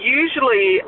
usually